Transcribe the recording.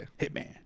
Hitman